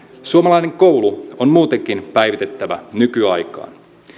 suomalainen koulu on muutenkin päivitettävä nykyaikaan